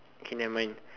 okay nevermind